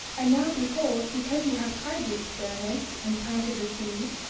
and now, behold, because ye have tried the experiment, and planted the seed,